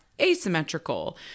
asymmetrical